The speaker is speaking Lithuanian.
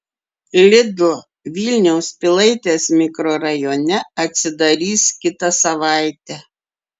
lidl vilniaus pilaitės mikrorajone atsidarys kitą savaitę